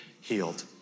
healed